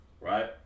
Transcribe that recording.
right